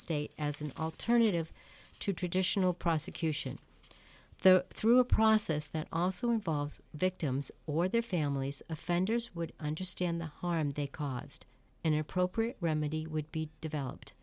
state as an alternative to traditional prosecution though through a process that also involves victims or their families offenders would understand the harm they caused an appropriate remedy would be developed